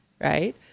Right